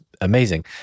Amazing